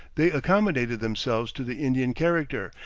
they accommodated themselves to the indian character,